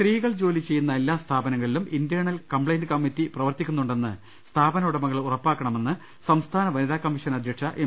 സ്ത്രീകൾ ജോലിചെയ്യുന്ന എല്ലാ സ്ഥാപനങ്ങളിലും ഇന്റേണൽ കംപ്പയിന്റ് കമ്മിറ്റി പ്രവർത്തിക്കുന്നുണ്ടെന്ന് സ്ഥാപനഉടമകൾ ഉറപ്പാക്കണമെന്ന് സംസ്ഥാന വനിതാകമ്മീഷൻ അധ്യക്ഷ എം